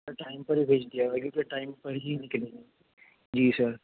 time پر ہی بھیج دیجئے گا کیونکہ پھر ٹائم پر ہی نکلیں گے جی سر